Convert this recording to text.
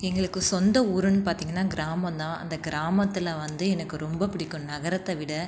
எங்களுக்கு சொந்த ஊருன்னு பார்த்திங்கன்னா கிராமம்தான் அந்த கிராமத்தில் வந்து எனக்கு ரொம்ப பிடிக்கும் நகரத்தை விட